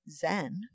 Zen